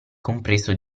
compreso